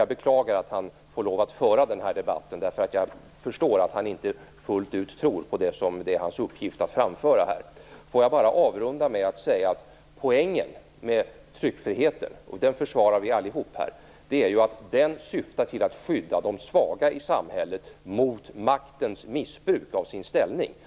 Jag beklagar att han får föra den här debatten, därför att jag förstår att han inte fullt ut tror på det som det är hans uppgift att framföra här. Får jag bara avrunda med att säga att poängen med tryckfriheten - som vi alla här försvarar - är att den syftar till att skydda de svaga i samhället mot maktens missbruk av sin ställning.